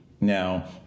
Now